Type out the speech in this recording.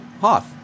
Hoth